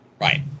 Right